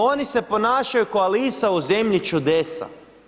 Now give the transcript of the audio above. Oni se ponašaju ko Alista u Zemlji čudesa.